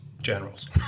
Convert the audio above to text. generals